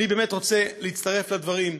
אני באמת רוצה להצטרף לדברים,